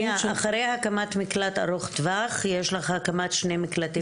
אחרי הקמת מקלט ארוך טווח יש את הקמת שני מקלטים,